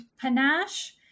Panache